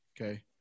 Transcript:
Okay